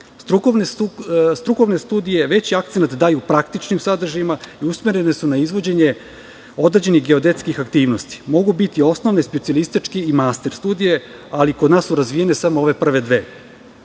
Strukovne studije veći akcenat daju praktičnim sadržajima i usmerene su na izvođenju određenih geodetskih aktivnosti. Mogu biti osnovne, specijalističke i master studije, ali su kod nas razvijene samo ove prve dve.